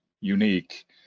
unique